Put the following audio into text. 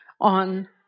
on